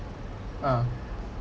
ah